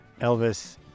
Elvis